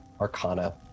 arcana